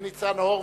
וניצן הורוביץ,